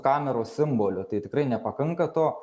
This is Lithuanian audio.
kameros simboliu tai tikrai nepakanka to